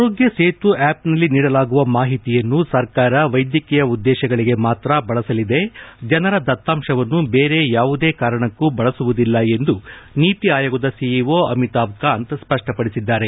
ಆರೋಗ್ಲ ಸೇತು ಆಪ್ನಲ್ಲಿ ನೀಡಲಾಗುವ ಮಾಹಿತಿಯನ್ನು ಸರ್ಕಾರ ವೈದ್ಯಕೀಯ ಉದ್ದೇಶಗಳಿಗೆ ಮಾತ್ರ ಬಳಸಲಿದೆ ಜನರ ದತ್ತಾಂಶವನ್ನು ಬೇರೆ ಯಾವುದೇ ಕಾರಣಕ್ಕೂ ಬಳಸುವುದಿಲ್ಲ ಎಂದು ನೀತಿ ಆಯೋಗದ ಸಿಇಒ ಅಮಿತಾಬ್ ಕಾಂತ್ ಸ್ಪಷ್ಟಪಡಿಸಿದ್ದಾರೆ